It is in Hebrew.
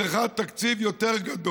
צריכה תקציב יותר גדול,